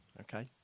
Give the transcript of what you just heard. okay